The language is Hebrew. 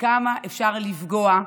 וכמה אפשר לפגוע,